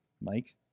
Mike